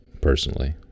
personally